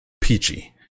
peachy